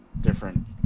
different